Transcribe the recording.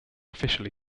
officially